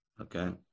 Okay